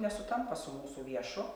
nesutampa su mūsų viešu